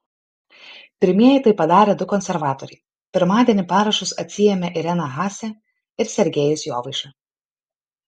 pirmieji tai padarė du konservatoriai pirmadienį parašus atsiėmė irena haase ir sergejus jovaiša